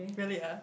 really ah